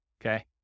okay